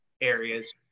areas